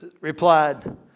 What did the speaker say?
replied